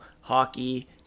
hockey